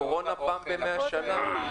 קורונה זה פעם במאה שנים,